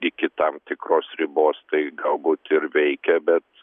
iki tam tikros ribos tai galbūt ir veikia bet